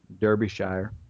Derbyshire